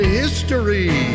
history